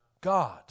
God